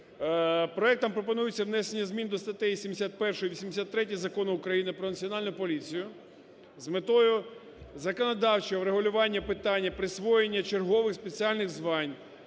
Проектом пропонується внесення змін до статей 71 і 83 Закону України "Про Національну поліцію" з метою законодавчого врегулювання питання присвоєння чергових спеціальних звань